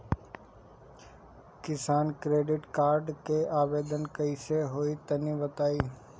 किसान credit card के आवेदन कईसे होई तनि बताई?